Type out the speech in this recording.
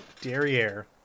Derriere